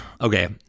okay